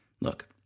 Look